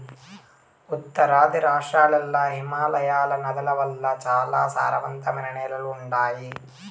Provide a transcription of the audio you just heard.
ఉత్తరాది రాష్ట్రాల్ల హిమాలయ నదుల వల్ల చాలా సారవంతమైన నేలలు ఉండాయి